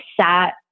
sat